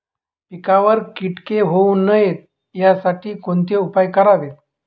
पिकावर किटके होऊ नयेत यासाठी कोणते उपाय करावेत?